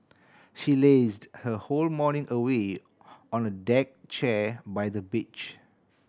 she lazed her whole morning away on a deck chair by the beach